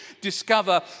discover